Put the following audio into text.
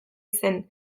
zen